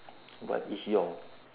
what is your